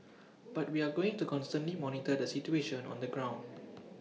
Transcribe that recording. but we are going to constantly monitor the situation on the ground